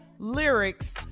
Lyrics